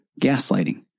gaslighting